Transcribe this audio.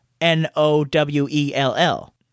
N-O-W-E-L-L